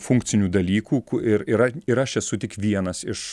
funkcinių dalykų ir yra ir aš esu tik vienas iš